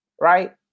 Right